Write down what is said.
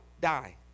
die